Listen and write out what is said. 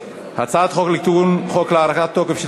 הצעת חוק להארכת תוקפן של